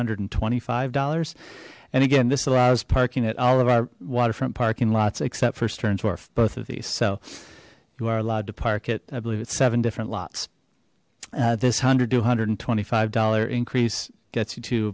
hundred and twenty five dollars and again this allows parking at all of our waterfront parking lots except for stearns wharf both of these so you are allowed to park it i believe it's seven different lots this one hundred two hundred and twenty five dollar increase gets you to